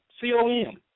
C-O-M